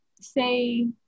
say